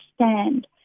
understand